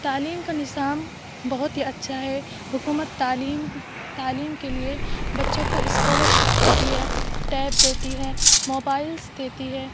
تعلیم کا نظام بہت ہی اچھا ہے حکومت تعلیم تعلیم کے لیے بچوں کو اسکالرشپ دیتی ہے ٹیب دیتی ہے موبائلس دیتی ہے